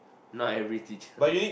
not every teacher